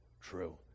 true